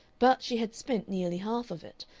but she had spent nearly half of it,